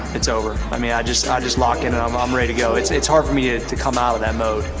it's over. i mean, i just ah just lock in and i'm um ready to go. it's it's hard for me ah to come out of that mode.